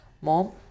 Mom